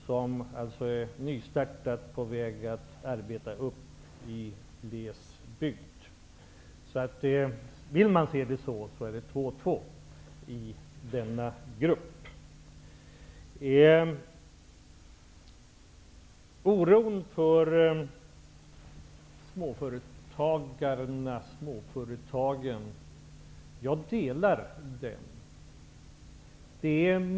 Hon är nystartad i glesbygd och på väg att arbeta sig upp. Om man vill se det så, är det 2--2 i denna grupp. Oron för småföretagarna och småföretagen delar jag.